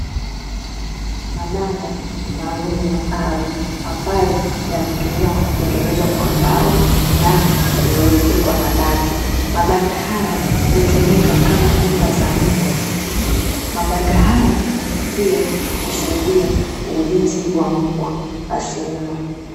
Mabanda maalumu ya mbao, ambayo yanatumiwa kutengenezwa kwa mbao na kuezekwa na bati, mabanda haya hutumika kama nyumba za mbwa, mabanda haya pia husaidia ulinzi wa mbwa asiumwe.